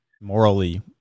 Morally